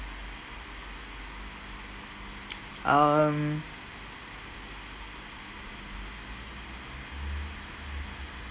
um